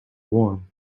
warm